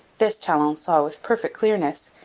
this talon saw with perfect clearness,